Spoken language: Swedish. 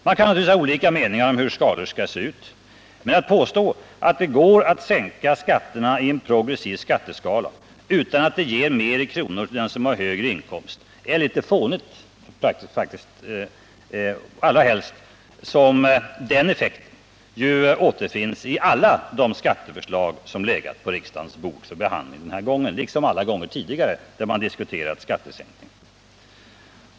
Man kan naturligtvis ha olika meningar om hur skatteskalorna skall se ut, menatt påstå att det går att sänka skatterna inom ett progressivt skattesystem utan att det ger mer i kronor för den som har högre inkomst är litet fånigt, allra helst som den effekten återfinns i alla de skatteförslag som legat för behandling på riksdagens bord denna gång, liksom alla gånger tidigare när man diskuterat skattesänkning.